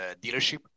dealership